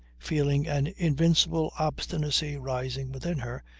feeling an invincible obstinacy rising within her,